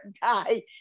guy